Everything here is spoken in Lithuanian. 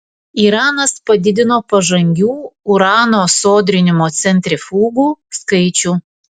iranas padidino pažangių urano sodrinimo centrifugų skaičių